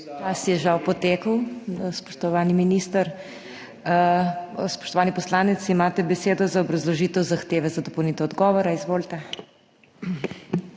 Čas je žal potekel, spoštovani minister. Spoštovani poslanec, imate besedo za obrazložitev zahteve za dopolnitev odgovora. Izvolite.